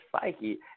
psyche